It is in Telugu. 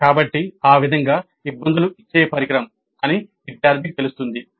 కాబట్టి ఆ విధంగా ఇబ్బందులు ఇచ్చే పరికరం అని విద్యార్థికి తెలుస్తుంది